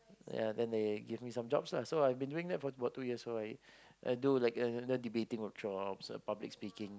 ya then they give me some jobs lah so I've been doing that for about two years so I I do like either debating jobs or public speaking